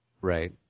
Right